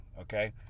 okay